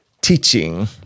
teaching